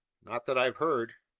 not that i've heard.